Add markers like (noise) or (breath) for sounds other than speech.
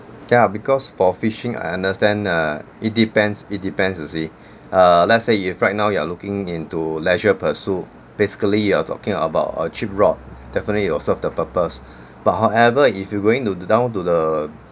ya because for fishing I understand err it depends it depends you see (breath) err let's say you have right now you are looking into leisure pursuit basically you are talking about a cheap rod definitely it'll serve the purpose (breath) but however if you going to down to the